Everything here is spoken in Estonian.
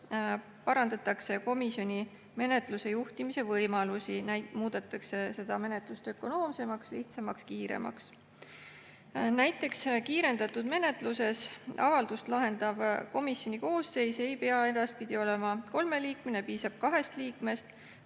Parandatakse komisjoni menetluse juhtimise võimalusi, muudetakse menetlust ökonoomsemaks, lihtsamaks ja kiiremaks. Näiteks kiirendatud menetluses avaldust lahendav komisjoni koosseis ei pea edaspidi olema kolmeliikmeline, piisab kahest liikmest.